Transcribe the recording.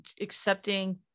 accepting